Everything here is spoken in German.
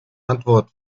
antwort